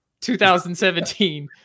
2017